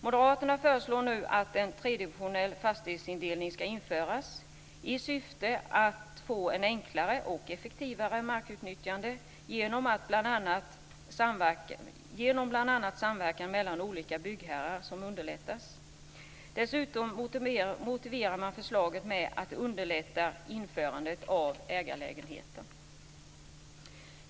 Moderaterna föreslår nu att en tredimensionell fastighetsindelning ska införas i syfte att få ett enklare och effektivare markutnyttjande genom att bl.a. samverkan mellan olika byggherrar underlättas. Dessutom motiverar man förslaget med att det underlättar införandet av ägarlägenheter. Fru talman!